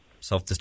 self